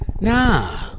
Nah